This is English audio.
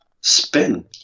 spin